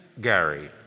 Gary